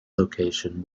location